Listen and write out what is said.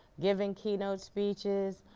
giving keynote speeches,